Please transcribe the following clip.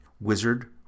Wizard